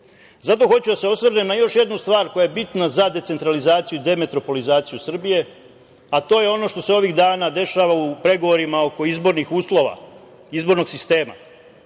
hoću da se osvrnem na još jednu stvar koja je bitna za decentralizaciju i demetropolizaciju Srbije, a to je ono što se ovih dana dešava u pregovorima oko izbornih uslova, izbornog sistema.